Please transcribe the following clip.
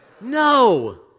No